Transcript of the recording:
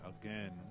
again